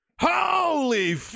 holy